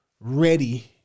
ready